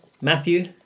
Matthew